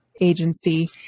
agency